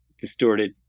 distorted